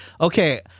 okay